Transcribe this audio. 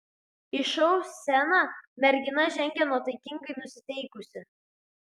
į šou sceną mergina žengė nuotaikingai nusiteikusi